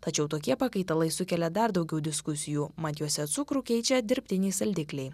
tačiau tokie pakaitalai sukelia dar daugiau diskusijų mat juose cukrų keičia dirbtiniai saldikliai